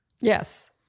Yes